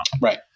right